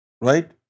right